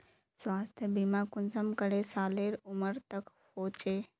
स्वास्थ्य बीमा कुंसम करे सालेर उमर तक होचए?